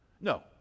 No